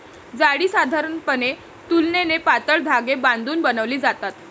जाळी साधारणपणे तुलनेने पातळ धागे बांधून बनवली जातात